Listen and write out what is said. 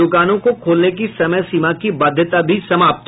दूकानों को खोलने की समय सीमा की बाध्यता भी समाप्त